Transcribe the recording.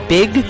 Big